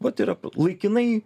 vat yra laikinai